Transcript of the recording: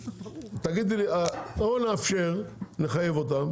או שנחייב אותם,